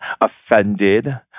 offended